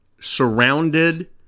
surrounded